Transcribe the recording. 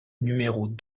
numéros